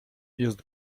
jest